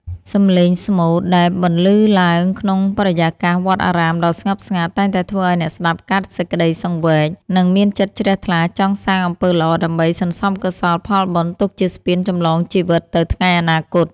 សម្លេងស្មូតដែលបន្លឺឡើងក្នុងបរិយាកាសវត្តអារាមដ៏ស្ងប់ស្ងាត់ តែងតែធ្វើឱ្យអ្នកស្ដាប់កើតសេចក្តីសង្វេគ និងមានចិត្តជ្រះថ្លាចង់សាងអំពើល្អដើម្បីសន្សំកុសលផលបុណ្យទុកជាស្ពានចម្លងជីវិតទៅថ្ងៃអនាគត។